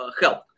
help